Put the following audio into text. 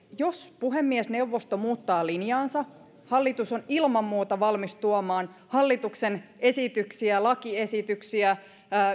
jos puhemiesneuvosto muuttaa linjaansa hallitus on ilman muuta valmis tuomaan hallituksen lakiesityksiä